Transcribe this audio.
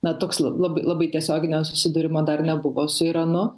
na toks labai labai tiesioginio susidūrimo dar nebuvo su iranu